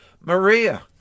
maria